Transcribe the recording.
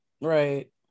right